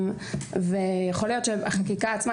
יכול להיות שהחקיקה עצמה,